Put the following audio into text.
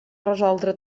resoldre